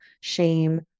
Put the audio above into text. shame